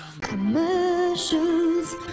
Commercials